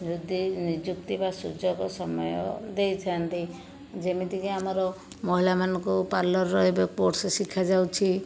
ଯଦି ନିଯୁକ୍ତି ବା ସୁଯୋଗ ସମୟ ଦେଇଥାନ୍ତି ଯେମିତି କି ଆମର ମହିଳାମାନଙ୍କୁ ପାର୍ଲରର ଏବେ କୋର୍ସ ଶିଖାଯାଉଛି